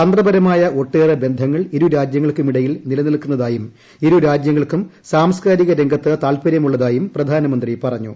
തന്ത്രപരമായ ഒട്ടേറെ ബന്ധങ്ങൾ ഇരുരാജ്യങ്ങൾക്കുമിടയിൽ നിലനിൽക്കുന്നതായും ഇരു രാജൃങ്ങൾക്കും സാംസ്കാരിക രംഗത്ത് താല്പര്യമുള്ളതായും പ്രധാനമന്ത്രി പറഞ്ഞു